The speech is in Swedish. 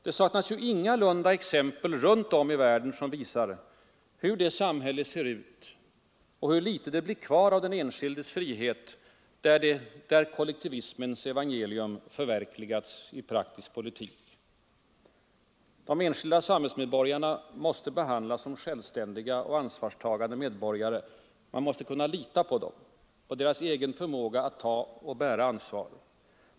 Det saknas ju ingalunda exempel runt om i världen som visar hur det samhälle ser ut och hur litet det blir kvar av den enskilda individens frihet där kollektivismens evangelium förverkligats i praktisk politik. De enskilda samhällsmedborgarna måste behandlas som självständiga och ansvarstagande medborgare. Man måste kunna lita på dem, på deras egen förmåga att ta och bära ansvar.